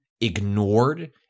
ignored